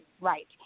right